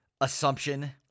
assumption